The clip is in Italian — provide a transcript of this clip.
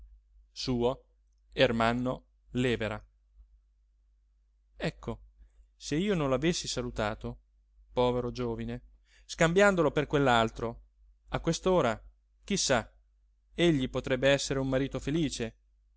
lèvera ecco se io non lo avessi salutato povero giovine scambiandolo per quell'altro a quest'ora chi sa egli potrebbe essere un marito felice